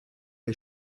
les